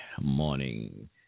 morning